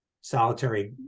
solitary